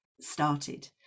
started